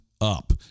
up